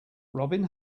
robin